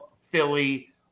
Philly